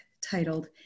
titled